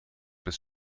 bis